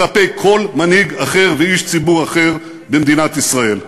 כלפי כל מנהיג אחר ואיש ציבור אחר במדינת ישראל.